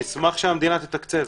אני אשמח שהמדינה תתקצב.